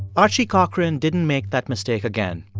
archie cochrane didn't make that mistake again.